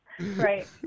Right